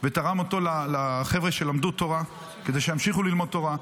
ותרם אותו לחבר'ה שלמדו תורה כדי שימשיכו ללמוד תורה.